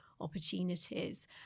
opportunities